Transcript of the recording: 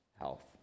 health